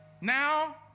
Now